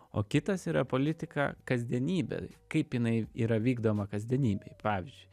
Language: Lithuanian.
o kitas yra politika kasdienybė kaip jinai yra vykdoma kasdienybėj pavyzdžiui